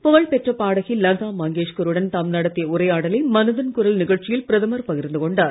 புகழ்பெற்ற பாடகி லதா மங்கேஷ்கருடன் தாம் நடத்திய உரையாடலை மனதின் குரல் நிகழ்ச்சியில் பிரதமர் பகிர்ந்து கொண்டார்